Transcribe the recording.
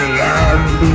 land